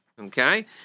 Okay